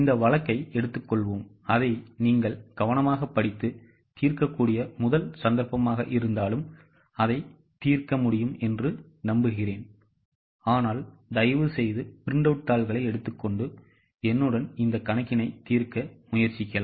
இந்த வழக்கை எடுத்துக்கொள்வோம் அதை நீங்கள் கவனமாக படித்து தீர்க்கக்கூடிய முதல் சந்தர்ப்பமாக இருந்தாலும் அதை தீர்க்க முடியும் என்று நம்புகிறேன் ஆனால் தயவுசெய்து பிரிண்ட் அவுட் தாள்களை எடுத்துக்கொண்டு என்னுடன் சேர்ந்து படிக்க முயற்சிக்கவும்